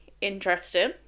Interesting